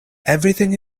everything